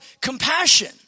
compassion